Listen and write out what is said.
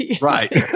Right